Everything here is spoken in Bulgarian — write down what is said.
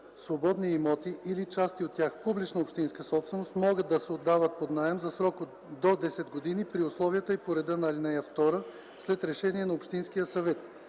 Свободни имоти или части от тях – публична общинска собственост, могат да се отдават под наем за срок до 10 години при условията и по реда на ал. 2 след решение на общинския съвет.